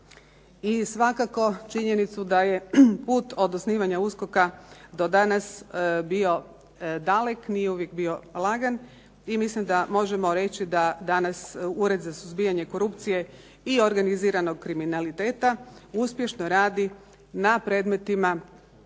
i svakako činjenicu da je put od osnivanja USKOK-a do danas bio dalek, nije uvijek bio lagan, i mislim da možemo reći da danas Ured za suzbijanje korupcije i organiziranog kriminaliteta uspješno radi na predmetima